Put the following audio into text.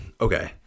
okay